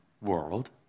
world